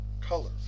color